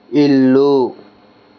ఇల్లు